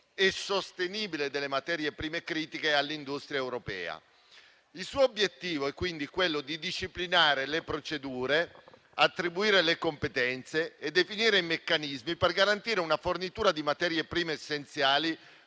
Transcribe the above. e sostenibile delle materie prime critiche per l'industria europea. Il suo obiettivo è quindi quello di disciplinare le procedure, attribuire le competenze e definire i meccanismi per garantire una fornitura di materie prime essenziali